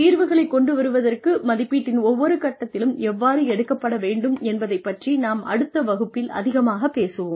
தீர்வுகளைக் கொண்டு வருவதற்கு மதிப்பீட்டின் ஒவ்வொரு கட்டத்திலும் எவ்வாறு எடுக்கப்பட வேண்டும் என்பதைப் பற்றி நாம் அடுத்த வகுப்பில் அதிகமாக பேசுவோம்